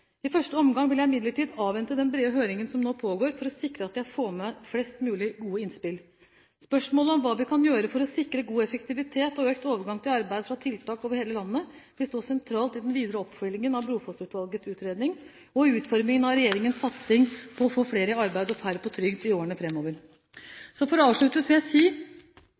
I første omgang vil jeg imidlertid avvente den brede høringen som nå pågår, for å sikre at jeg får med meg flest mulig gode innspill. Spørsmålet om hva vi kan gjøre for å sikre god effektivitet og økt overgang til arbeid fra tiltak over hele landet, vil stå sentralt i den videre oppfølgingen av Brofoss-utvalgets utredning og i utformingen av regjeringens satsing på å få flere i arbeid og færre på trygd i årene framover. For å avslutte vil jeg si